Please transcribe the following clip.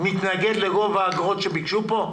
מתנגד לגובה האגרות שביקשו כאן?